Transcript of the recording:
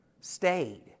stayed